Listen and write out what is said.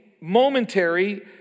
momentary